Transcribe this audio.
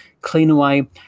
CleanAway